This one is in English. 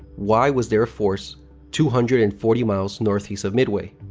why was there force two hundred and forty miles northeast of midway?